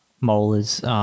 molars